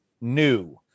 new